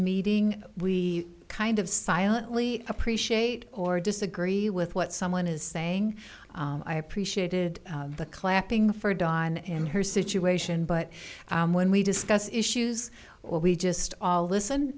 meeting we kind of silently appreciate or disagree with what someone is saying i appreciated the clapping for dawn and her situation but when we discuss issues or we just all listen